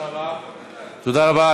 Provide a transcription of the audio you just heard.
תודה רבה.